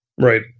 Right